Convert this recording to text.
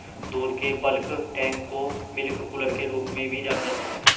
दूध के bulk tank को मिल्क कूलर के रूप में भी जाना जाता है